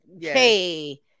Hey